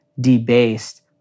debased